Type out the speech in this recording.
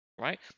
right